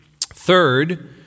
Third